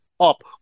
up